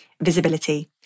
visibility